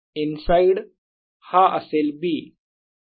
in side हा असेल B